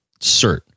cert